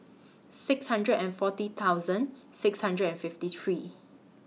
six hundred and four thousand six hundred and fifty three